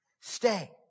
Stay